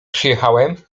przyjechałem